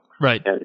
Right